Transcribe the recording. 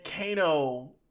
Kano